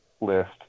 list